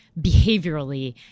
behaviorally